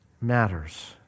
matters